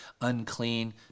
unclean